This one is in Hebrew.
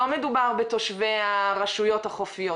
לא מדובר בתושבי הרשויות החופיות,